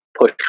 push